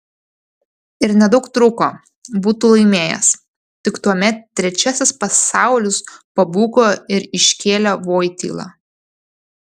ir nedaug trūko būtų laimėjęs tik tuomet trečiasis pasaulis pabūgo ir iškėlė voitylą